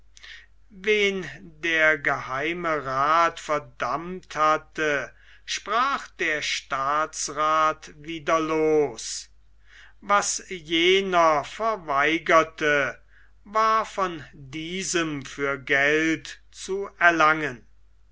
wen der geheime rath verdammt hatte sprach der staatsrath wieder los was jener verweigerte war von diesem für geld zu erlangen